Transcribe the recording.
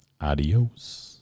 adios